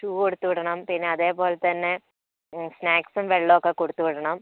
shoe കൊടുത്തു വിടണം പിന്നെ അതേപോലെതന്നെ സ്നാക്സും വെള്ളമൊക്കെ കൊടുത്തു വിടണം